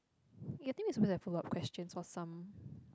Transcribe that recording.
you think we're supposed to have follow up questions for some